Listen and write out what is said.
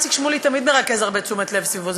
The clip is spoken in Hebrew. איציק שמולי תמיד מרכז הרבה תשומת לב סביבו,